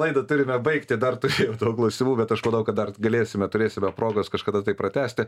laidą turime baigti dar turėjau daug klausimų bet aš manau kad dar galėsime turėsime progos kažkada tai pratęsti